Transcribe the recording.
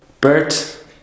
Bert